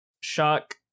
Shock